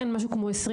כ-20,